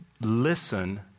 Listen